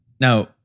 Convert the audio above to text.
Now